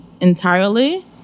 entirely